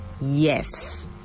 yes